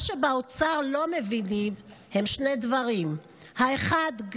מה שבאוצר לא מבינים הוא שני דברים: האחד,